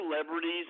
celebrities